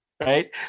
Right